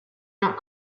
not